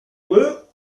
woot